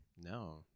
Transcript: No